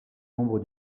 membre